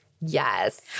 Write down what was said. yes